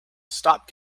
stop